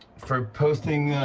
for posting.